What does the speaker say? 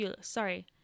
sorry